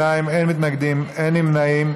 בעד, 62, אין מתנגדים, אין נמנעים.